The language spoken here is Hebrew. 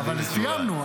אבל סיימנו.